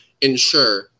ensure